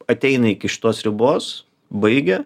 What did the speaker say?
ateina iki šitos ribos baigia